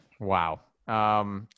Wow